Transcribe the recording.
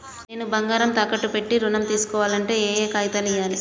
నేను బంగారం తాకట్టు పెట్టి ఋణం తీస్కోవాలంటే ఏయే కాగితాలు ఇయ్యాలి?